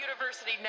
University